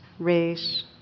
race